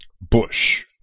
bush